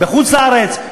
בחוץ-לארץ,